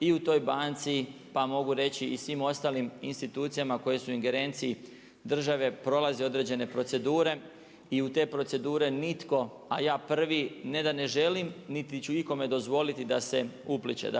i u toj banci, pa mogu reći i svim ostalim institucijama koje su u ingerenciji države prolazi određene procedure. I u te procedure nitko, a ja prvi, ne da ne želim niti ću ikome dozvoliti da se upliće.